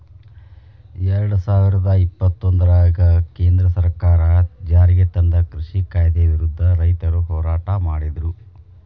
ಎರಡುಸಾವಿರದ ಇಪ್ಪತ್ತೊಂದರಾಗ ಕೇಂದ್ರ ಸರ್ಕಾರ ಜಾರಿಗೆತಂದ ಕೃಷಿ ಕಾಯ್ದೆ ವಿರುದ್ಧ ರೈತರು ಹೋರಾಟ ಮಾಡಿದ್ರು